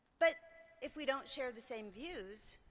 but if we don't share the same views,